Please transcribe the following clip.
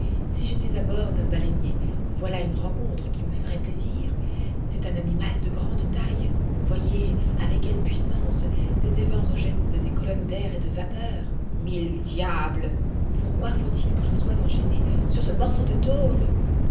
si j'étais à bord d'un baleinier voilà une rencontre qui me ferait plaisir c'est un animal de grande taille voyez avec quelle puissance ses évents rejettent des colonnes d'air et de vapeur mille diables pourquoi faut-il que je sois enchaîné sur ce morceau de tôle